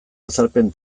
azalpen